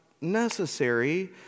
necessary